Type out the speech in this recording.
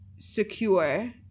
Secure